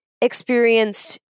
experienced